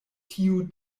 tiu